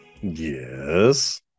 yes